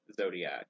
zodiac